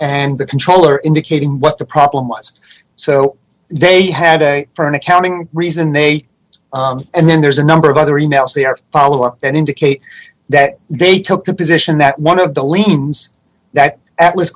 and the controller indicating what the problem was so they had a for an accounting reason they and then there's a number of other e mails they are follow up and indicate that they took the position that one of the liens that atlas